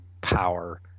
power